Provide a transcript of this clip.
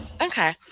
okay